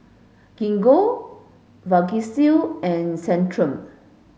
Gingko Vagisil and Centrum